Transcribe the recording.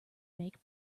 make